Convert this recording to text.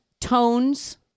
tones